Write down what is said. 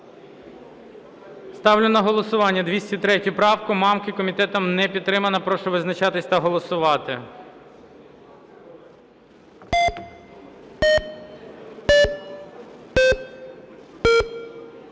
Ставлю на голосування 203 правку Мамки. Комітетом не підтримана. Прошу визначатись та голосувати.